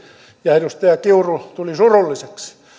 ja edustaja kiuru tuli surulliseksi